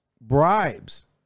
bribes